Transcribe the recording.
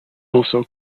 also